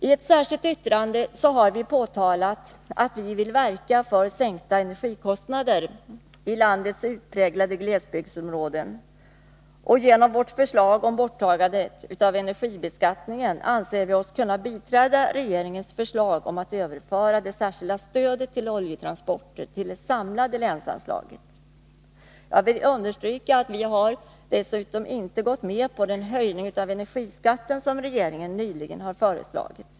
I ett särskilt yttrande har vi framhållit att vi vill verka för sänkta energikostnader i landets utpräglade glesbygdsområden. Genom vårt förslag om borttagandet av elenergibeskattningen anser vi oss kunna biträda regeringens förslag om att överföra det särskilda stödet till oljetransporter till det samlade länsanslaget. Jag vill understryka att vi inte har gått med på den höjning av energiskatten som regeringen nyligen har föreslagit.